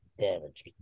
Damage